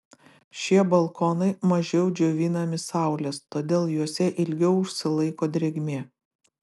šie balkonai mažiau džiovinami saulės todėl juose ilgiau užsilaiko drėgmė